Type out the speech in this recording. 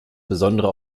besondere